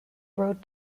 road